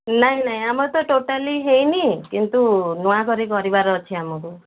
ନାଇଁ ନାଇଁ ଆମର ତ ଟୋଟାଲି ହେଇନି କିନ୍ତୁ ନୂଆ ଘରେ କରିବାର ଅଛି ଆମକୁ